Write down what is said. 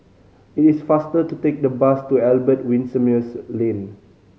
it is faster to take the bus to Albert Winsemius Lane